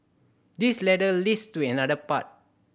this ladder leads to another path